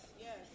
Yes